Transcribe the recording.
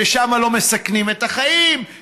ששם לא מסכנים את החיים,